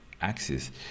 axis